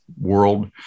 world